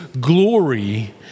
glory